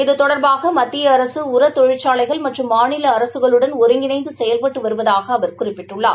இது தொடர்பாக மத்திய அரசு உரத் தொழிற்சாலைகள் மற்றும் மாநில அரசுகளுடன் ஒருங்கிணைந்து செயல்பட்டு வருவதாகக் குறிப்பிட்டுள்ளார்